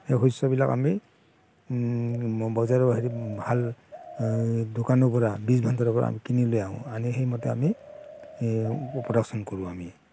সেই শস্যবিলাক আমি বজাৰৰ হেৰি ভাল দোকানৰ পৰা বীজ ভাণ্ডাৰৰ পৰা আমি কিনি লৈ আনো আনি সেইমতে আমি এই প্ৰডাকশ্যন কৰোঁ আমি